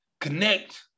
connect